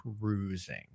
cruising